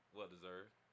Well-deserved